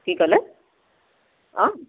কি ক'লে অঁ